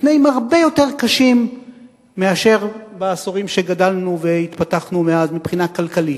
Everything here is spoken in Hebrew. בתנאים הרבה יותר קשים מאשר בעשורים שגדלנו והתפתחנו מאז מבחינה כלכלית.